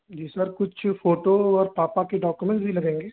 जी sir कुछ photo और पापा के डॉक्युमेंट्स भी लगेंगे